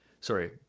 Sorry